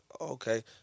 okay